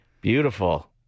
Beautiful